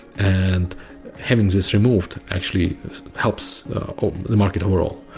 and having this removed actually helps the market whole.